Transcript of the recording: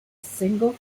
single